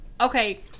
okay